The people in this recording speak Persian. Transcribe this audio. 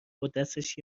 دستش